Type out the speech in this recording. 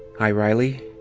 hi, riley.